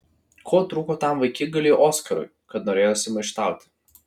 ko trūko tam vaikigaliui oskarui kad norėjosi maištauti